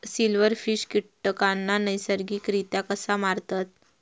Silverfish कीटकांना नैसर्गिकरित्या कसा मारतत?